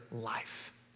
life